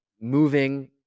moving